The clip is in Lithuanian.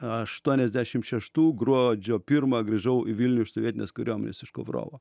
aštuoniasdešim šeštų gruodžio pirmą grįžau į vilnių iš sovietinės kariuomenės iš kovrovo